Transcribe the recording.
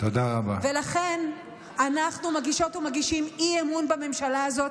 ולכן אנחנו מגישות ומגישים אי-אמון בממשלה הזאת,